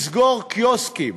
לסגור קיוסקים,